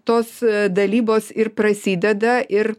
tos dalybos ir prasideda ir